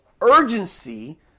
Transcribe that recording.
urgency